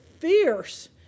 fierce